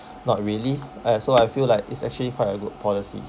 not really uh I so I feel like it's actually quite a good policy